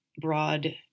broad